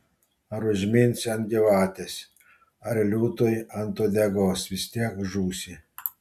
ar užminsi ant gyvatės ar liūtui ant uodegos vis tiek žūsi